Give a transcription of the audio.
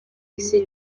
isi